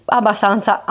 abbastanza